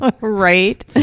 Right